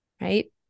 right